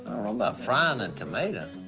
about frying a and tomato.